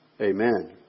Amen